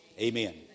Amen